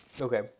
Okay